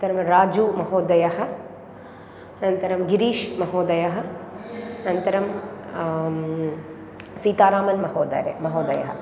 तरण्राजुमहोदयः अनन्तरं गिरीशमहोदयः अनन्तरं सीतारामन्महोदयः महोदयः